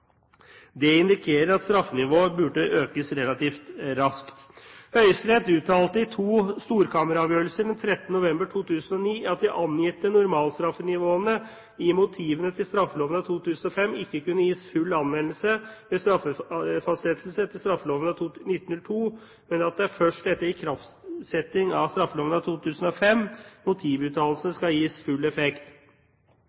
Det indikerer at straffenivået burde økes relativt raskt. Høyesterett uttalte i to storkammeravgjørelser den 13. november 2009 at de angitte normalstraffenivåene i motivene til straffeloven av 2005 ikke kunne gis full anvendelse ved straffefastsettelse etter straffeloven av 1902, men at det er først etter ikraftsetting av straffeloven av 2005